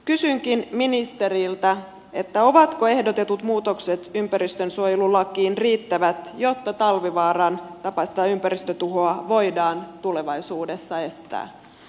kysynkin ministeriltä ovatko ehdotetut muutokset ympäristönsuojelulakiin riittävät jotta talvivaaran tapainen ympäristötuho voidaan tulevaisuudessa estää